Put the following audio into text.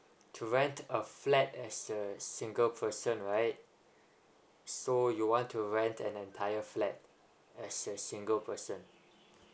to rent a flat as a single person right so you want to rent an entire flat as a single person